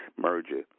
merger